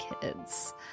Kids